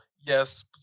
yes